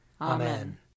Amen